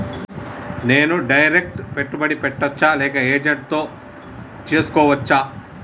నేను డైరెక్ట్ పెట్టుబడి పెట్టచ్చా లేక ఏజెంట్ తో చేస్కోవచ్చా?